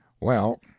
Well